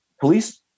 police